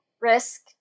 risk